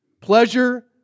pleasure